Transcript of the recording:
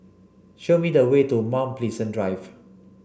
show me the way to Mount Pleasant Drive